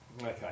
Okay